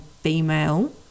female